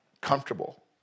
comfortable